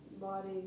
body